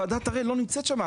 ועדת הראל לא נמצאת שם,